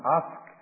ask